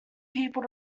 people